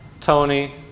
Tony